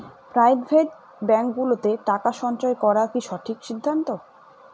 Private ব্যাঙ্কগুলোতে টাকা সঞ্চয় করা কি সঠিক সিদ্ধান্ত?